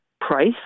price